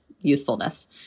youthfulness